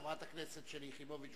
חברת הכנסת שלי יחימוביץ,